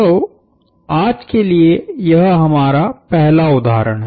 तो आज के लिए यह हमारा पहला उदहारण है